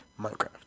Minecraft